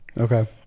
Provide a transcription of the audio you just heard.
Okay